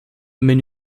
mais